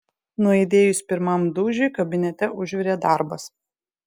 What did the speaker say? nuaidėjus pirmam dūžiui kabinete užvirė darbas